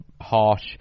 harsh